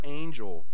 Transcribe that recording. angel